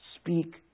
Speak